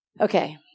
Okay